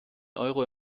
euro